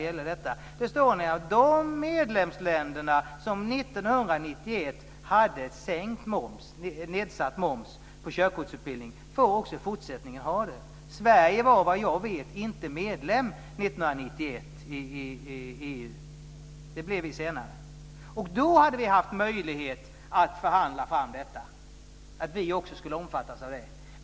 Där framgår att de medlemsländer som 1991 hade nedsatt moms på körkortsutbildning får också i fortsättningen ha det. Sverige var, vad jag vet, inte medlem i EU 1991. Det blev vi senare. Då hade vi haft möjlighet att förhandla fram att vi också skulle omfattas.